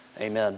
Amen